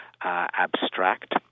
abstract